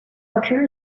recul